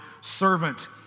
servant